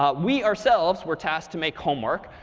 um we ourselves were tasked to make homework.